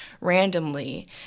randomly